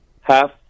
half